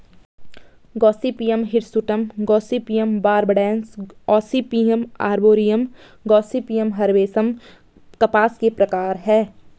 Gossypium hirsutum, Gossypium barbadense, Gossypium arboreum, Gossypium herbaceum कपास के प्रकार है